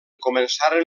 començaren